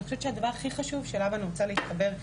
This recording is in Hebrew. אני חושבת שהדבר הכי חשוב שאליו אני רוצה להתחבר,